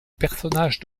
personnage